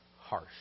harsh